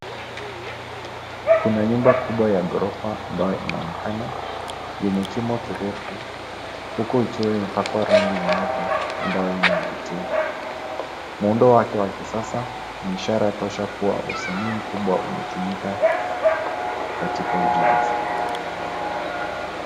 Kuna nyumba kubwa ya ghorofa ambayo inaonekana yenye kimo kirefu huku ikiwa imepakwa rangi nyeupe ambayo inavutia. Muundo wake wa kisasa ni ishara tosha kuwa usanii mkubwa umetumika katika ujenzi.